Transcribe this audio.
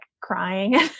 crying